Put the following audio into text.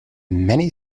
many